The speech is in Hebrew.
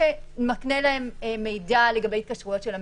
שמקנה להם מידע לגבי התקשרויות של המדינה.